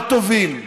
לא טובים.